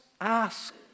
ask